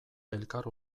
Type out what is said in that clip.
elkar